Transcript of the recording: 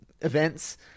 events